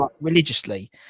religiously